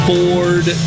Ford